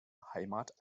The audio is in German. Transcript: heimat